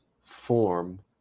form